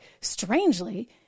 strangely